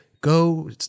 go